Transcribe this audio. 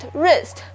wrist；